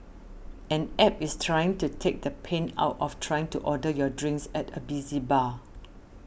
an App is trying to take the pain out of trying to order your drinks at a busy bar